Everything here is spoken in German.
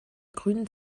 grünen